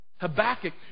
Habakkuk